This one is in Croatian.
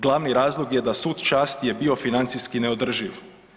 Glavni razlog je da sud časti je bio financijski neodrživ.